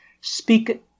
speak –